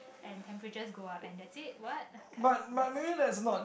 and temperatures go up and that's it what okay that's a bit